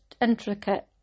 intricate